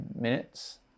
minutes